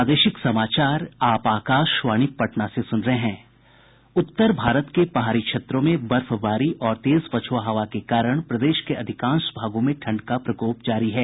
उत्तर भारत के पहाड़ी क्षेत्रों में बर्फबारी और तेज पछुआ हवा के कारण प्रदेश के अधिकांश भागों में ठंड का प्रकोप जारी है